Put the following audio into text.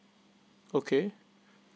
okay